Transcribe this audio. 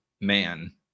man